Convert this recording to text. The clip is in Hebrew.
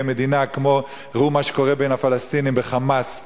מדינה ראו מה שקורה בין הפלסטינים ב"חמאס"